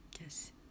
Yes